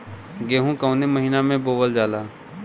गेहूँ कवने महीना में बोवल जाला?